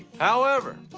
however,